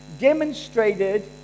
demonstrated